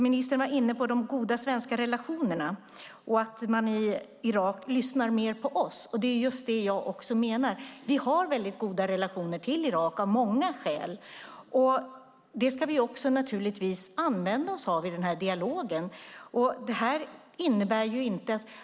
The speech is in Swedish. Ministern var inne på de goda svenska relationerna och att man lyssnar mer på oss i Irak. Det är just det jag också menar. Vi har väldigt goda relationer med Irak av många skäl. Det ska vi använda oss av i den här dialogen.